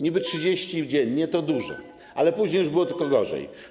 Niby 30 dziennie to dużo, ale później już było tylko gorzej.